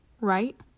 Right